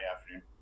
afternoon